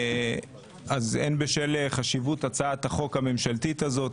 הן בשל חשיבות הצעת החוק הממשלתית הזאת,